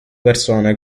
persone